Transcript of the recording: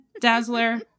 Dazzler